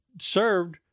served